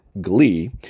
glee